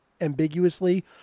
ambiguously